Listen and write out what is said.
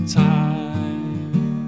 time